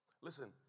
listen